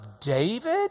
David